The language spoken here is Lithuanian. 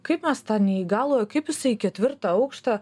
kaip mes tą neįgalųjį o kaip jisai į ketvirtą aukštą